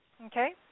Okay